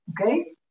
Okay